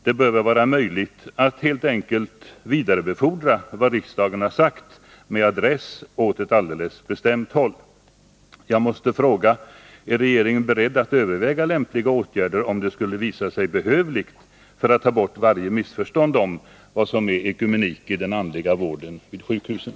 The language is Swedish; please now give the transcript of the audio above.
Det bör väl vara möjligt att helt enkelt vidarebefordra vad riksdagen har sagt med adress åt ett alldeles bestämt håll. Jag måste fråga: Är regeringen beredd att överväga lämpliga åtgärder, om det skulle visa sig behövligt för att ta bort varje missförstånd om vad som är ekumenik i den andliga vården vid sjukhusen?